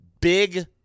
big